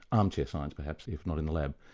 armchair science perhaps, if not in the lab.